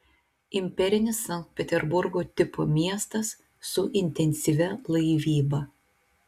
imperinis sankt peterburgo tipo miestas su intensyvia laivyba